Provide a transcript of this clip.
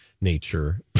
nature